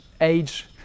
age